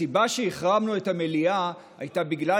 הסיבה שהחרמנו את המליאה הייתה בגלל